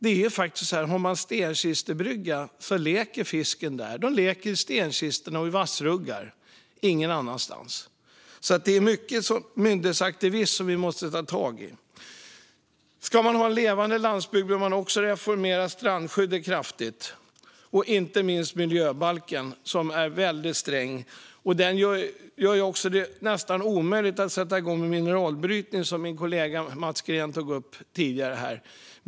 Om man har en stenkistebrygga leker fisken där. Fiskarna leker i stenkistor och vassruggar, ingen annanstans. Det är mycket myndighetsaktivism som vi måste ta tag i. Ska vi ha en levande landsbygd behöver också strandskyddet reformeras kraftigt och inte minst miljöbalken, som är väldigt sträng. Den gör det nästan omöjligt att sätta igång en mineralbrytning, som min kollega Mats Green tog upp här tidigare.